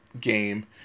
game